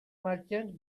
merchants